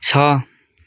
छ